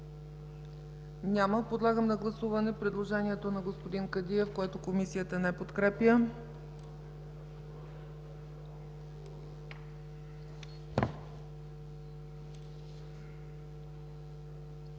Няма. Подлагам на гласуване предложението на господин Кадиев, което Комисията не подкрепя.